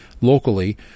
locally